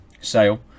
sale